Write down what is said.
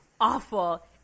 awful